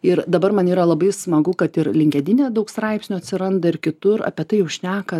ir dabar man yra labai smagu kad ir linkedine daug straipsnių atsiranda ir kitur apie tai jau šneka